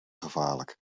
gevaarlijk